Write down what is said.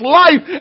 life